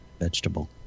vegetable